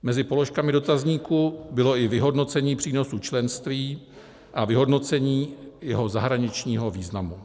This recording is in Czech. Mezi položkami dotazníku bylo i vyhodnocení přínosu členství a vyhodnocení jeho zahraničního významu.